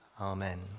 amen